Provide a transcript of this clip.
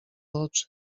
oczy